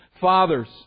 Fathers